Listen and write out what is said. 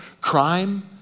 crime